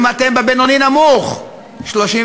אם אתם בעשירונים התשיעי והעשירי,